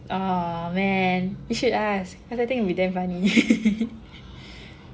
oh man you should ask cause I think it will damn funny